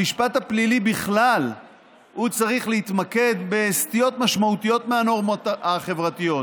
המשפט הפלילי בכלל צריך להתמקד בסטיות משמעותיות מהנורמות החברתיות